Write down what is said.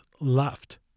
laughed